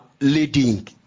leading